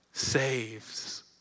saves